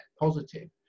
positive